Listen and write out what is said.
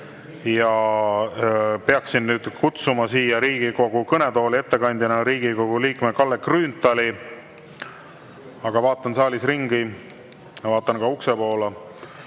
Peaksin kutsuma siia Riigikogu kõnetooli ettekandjana Riigikogu liikme Kalle Grünthali, aga vaatan saalis ringi, vaatan ka ukse poole